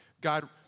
God